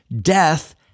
Death